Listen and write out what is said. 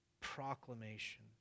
proclamation